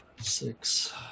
Six